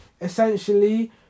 essentially